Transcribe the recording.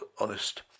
Honest